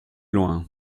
loin